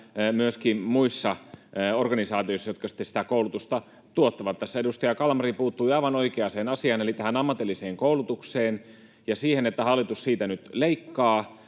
ja myöskin muissa organisaatioissa, jotka sitten sitä koulutusta tuottavat. Tässä edustaja Kalmari puuttui aivan oikeaan asiaan eli tähän ammatilliseen koulutukseen ja siihen, että hallitus siitä nyt leikkaa,